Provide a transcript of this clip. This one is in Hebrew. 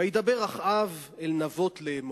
וידבר אחאב אל נבות לאמור: